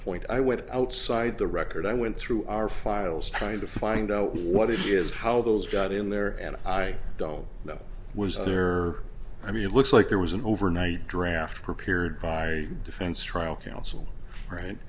point i went outside the record i went through our files trying to find out what it is how those got in there and i don't know was there i mean it looks like there was an overnight draft prepared by defense trial counsel right